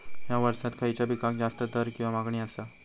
हया वर्सात खइच्या पिकाक जास्त दर किंवा मागणी आसा?